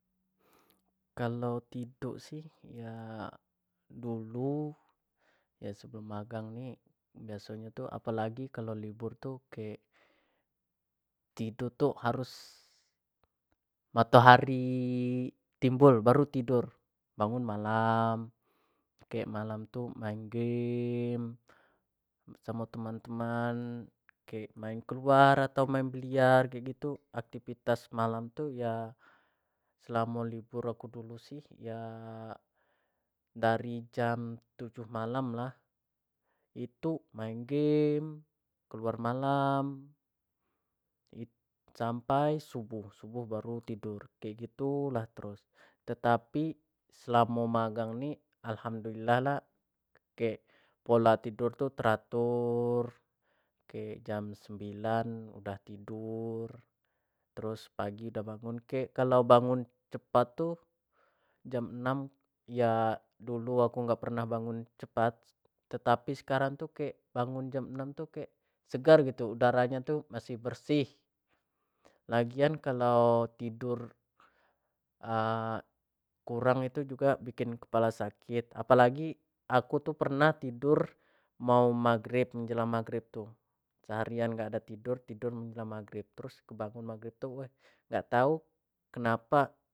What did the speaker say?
Kalau gitu sih ya dulu ya sebelum magang nih biasanya tuh apalagi kalau libur tuh kayak gitu tuh harus matahari timbul baru tidur bangun malam kayak malam tuh main game sama teman-teman kayak main keluar atau main billiard kayak gitu aktivitas malam tuh ya selama libur aku dulu sih ya dari jam 07. 00 malam lah itu main game keluar malam sampai subuh subuh baru tidur kayak gitu lah terus tetapi selama magang nih alhamdulillah oke pola tidur tuh teratur jam 09. 00 udah tidur terus pagi udah bangun kek kalau bangun cepat tuh jam 06. 00 ya dulu aku nggak pernah bangun cepat tetapi sekarang tuh kek bangun jam 06. 00 tuh kek segar gitu udaranya tuh masih bersih lagian kalau tidur kurang itu juga bikin kepala sakit apalagi aku tuh pernah tidur mau magrib menjelang magrib tuh seharian nggak ada tidur tidur udah magrib terus aku bangun magrib tuh nggak tahu